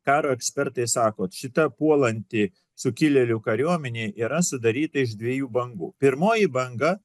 karo ekspertai sako šita puolanti sukilėlių kariuomenė yra sudaryta iš dviejų bangų pirmoji banga